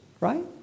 right